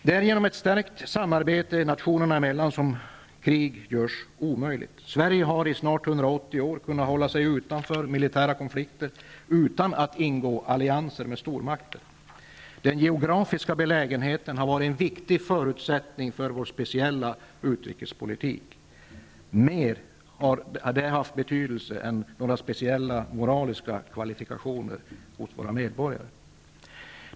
Det är genom ett stärkt samarbete nationerna emellan som krig görs omöjligt. Sverige har i snart 180 år kunnat hålla sig utanför militära konflikter, utan att ingå allianser med stormakter. Den geografiska belägenheten har varit en viktig förutsättning för vår speciella utrikespolitik. Den har haft större betydelse än några speciella moraliska kvalifikationer hos våra medborgare.